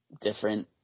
different